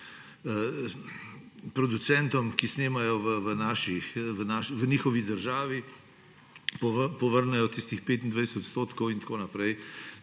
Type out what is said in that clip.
producentom, ki snemajo v njihovi državi, povrnejo tistih 25 odstotkov in tako naprej.